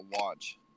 watch